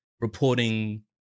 reporting